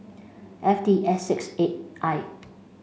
F T S six eight I